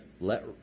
let